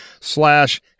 slash